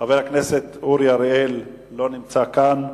חבר הכנסת אורי אריאל, לא נמצא כאן.